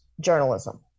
journalism